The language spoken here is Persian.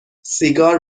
سیگار